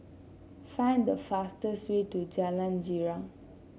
find the fastest way to Jalan Girang